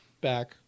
back